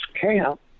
camp